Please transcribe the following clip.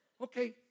Okay